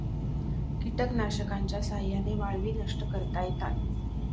कीटकनाशकांच्या साह्याने वाळवी नष्ट करता येतात